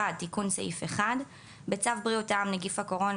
תיקון סעיף 1 1. בצו בריאות העם (נגיף הקורונה